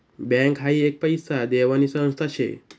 bank हाई एक पैसा देवानी संस्था शे